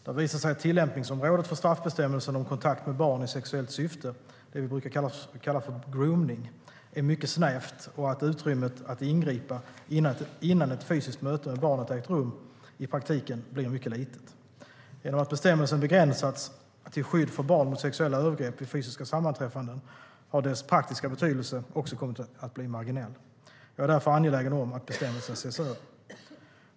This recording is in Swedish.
Det har visat sig att tillämpningsområdet för straffbestämmelsen om kontakt med barn i sexuellt syfte - det vi brukar kalla gromning - är mycket snävt och att utrymmet att ingripa innan ett fysiskt möte med barnet äger rum i praktiken blir mycket litet. Genom att bestämmelsen begränsats till skydd för barn mot sexuella övergrepp vid fysiska sammanträffanden har dess praktiska betydelse också kommit att bli marginell. Jag är därför angelägen om att bestämmelsen ses över.